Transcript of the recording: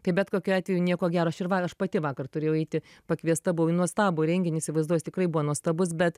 tai bet kokiu atveju nieko gero aš ir va aš pati vakar turėjau eiti pakviesta buvau į nuostabų renginį įsivaizduoju jis tikrai buvo nuostabus bet